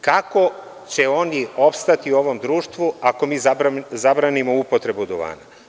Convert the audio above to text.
Kako će oni opstati u ovom društvu, ako mi zabranimo upotrebu duvana?